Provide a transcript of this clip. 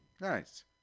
nice